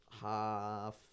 Half